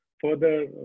further